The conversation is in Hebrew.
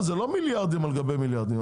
זה לא מיליארדים על גבי מיליארדים,